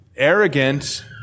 arrogant